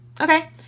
Okay